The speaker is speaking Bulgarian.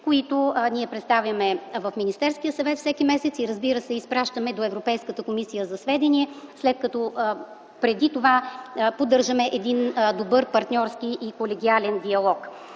които представяме в Министерския съвет всеки месец и изпращаме до Европейската комисия за сведение, като преди това поддържаме един добър партньорски и колегиален диалог.